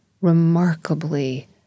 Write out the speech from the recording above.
remarkably